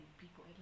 people